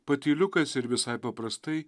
patyliukais ir visai paprastai